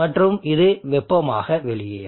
மற்றும் இது வெப்பமாக வெளியேறும்